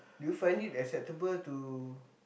do you find it acceptable to